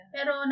Pero